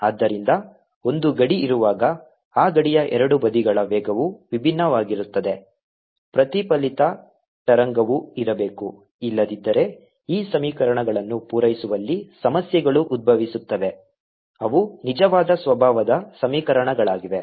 ಆದ್ದರಿಂದ ಒಂದು ಗಡಿ ಇರುವಾಗ ಆ ಗಡಿಯ ಎರಡು ಬದಿಗಳ ವೇಗವು ವಿಭಿನ್ನವಾಗಿರುತ್ತದೆ ಪ್ರತಿಫಲಿತ ತರಂಗವೂ ಇರಬೇಕು ಇಲ್ಲದಿದ್ದರೆ ಈ ಸಮೀಕರಣಗಳನ್ನು ಪೂರೈಸುವಲ್ಲಿ ಸಮಸ್ಯೆಗಳು ಉದ್ಭವಿಸುತ್ತವೆ ಅವು ನಿಜವಾದ ಸ್ವಭಾವದ ಸಮೀಕರಣಗಳಾಗಿವೆ